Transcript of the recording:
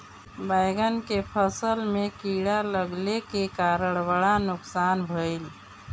बैंगन के फसल में कीड़ा लगले के कारण बड़ा नुकसान भइल